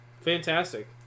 Fantastic